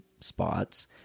spots